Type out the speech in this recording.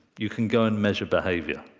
you can go and measure behavior.